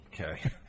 Okay